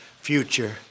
future